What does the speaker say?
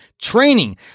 training